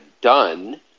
done